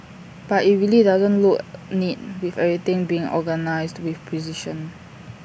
but IT really doesn't look neat with everything being organised with precision